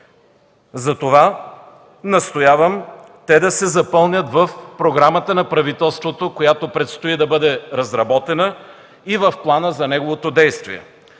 Затова настоявам те да се запълнят в програмата на правителството, която предстои да бъде разработена, и в плана за неговото действие.